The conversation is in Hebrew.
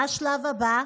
מה השלב הבא?